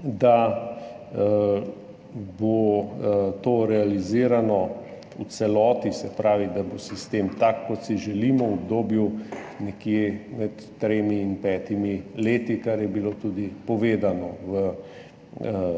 da bo to realizirano v celoti, se pravi, da bo sistem tak, kot si želimo, v obdobju nekje od treh do petih let, kar je bilo tudi povedano v